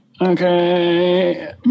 Okay